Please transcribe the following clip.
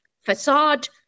facade